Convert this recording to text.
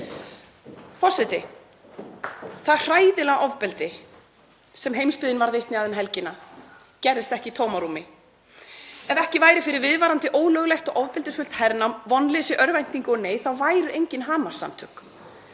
Forseti. Það hræðilega ofbeldi sem heimsbyggðin varð vitni að um helgina gerðist ekki í tómarúmi. Ef ekki væri fyrir viðvarandi ólöglegt og ofbeldisfullt hernám, vonleysi, örvæntingu og neyð væru engin Hamas-samtök.